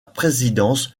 présidence